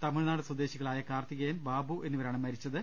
തമിഴ്നാട് സ്വദേശികളായ കാർത്തികേയൻ ബാബു എന്നിവരാണ് മരിച്ചത്